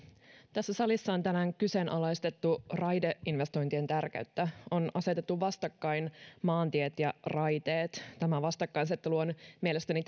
tässä salissa on tänään kyseenalaistettu raideinvestointien tärkeyttä on asetettu vastakkain maantiet ja raiteet tämä vastakkainasettelu on mielestäni